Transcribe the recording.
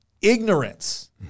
ignorance